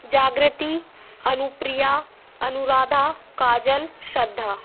Jagriti Anupriya Anuradha Kajal Shraddha